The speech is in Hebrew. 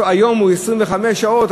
היום הוא 25 שעות,